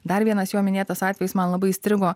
dar vienas jo minėtas atvejis man labai įstrigo